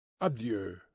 adieu